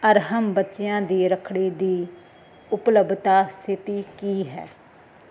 ਅਰਹਮ ਬੱਚਿਆਂ ਦੀ ਰੱਖੜੀ ਦੀ ਉਪਲੱਬਧਤਾ ਸਥਿਤੀ ਕੀ ਹੈ